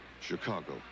Chicago